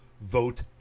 vote